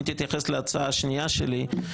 אם תתייחס להצעה השנייה שלי,